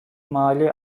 mali